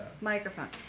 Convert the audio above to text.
Microphone